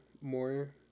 more